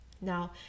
Now